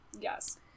Yes